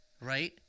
right